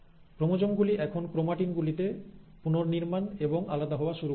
chromosome গুলি এখন chromatin গুলিতে পুনর্নির্মাণ এবং আলাদা হওয়া শুরু করেছে